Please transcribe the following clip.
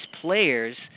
players